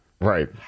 Right